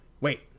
Wait